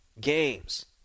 games